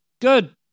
Good